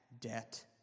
debt